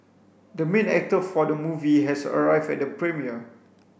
the main actor of the movie has arrived at the premiere